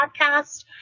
podcast